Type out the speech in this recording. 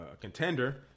contender